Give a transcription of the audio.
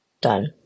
done